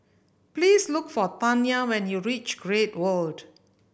please look for Tanya when you reach Great World